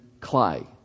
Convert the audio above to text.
clay